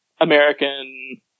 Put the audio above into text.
American